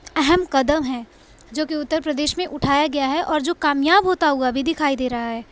اہم قدم ہے جو کہ اتر پردیش میں اٹھایا گیا ہے اور جو کامیاب ہوتا ہوا بھی دکھائی دے رہا ہے